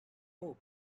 hope